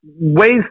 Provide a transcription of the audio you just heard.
ways